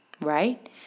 Right